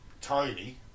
Tiny